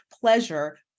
pleasure